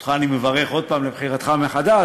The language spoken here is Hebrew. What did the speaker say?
אותך אני מברך עוד הפעם, על בחירתך מחדש,